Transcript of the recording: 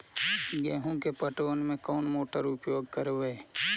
गेंहू के पटवन में कौन मोटर उपयोग करवय?